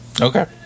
okay